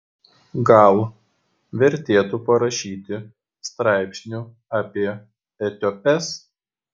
gal vertėtų parašyti straipsnių apie etiopes